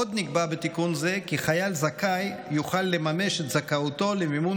עוד נקבע בתיקון זה כי חייל זכאי יוכל לממש את זכאותו למימון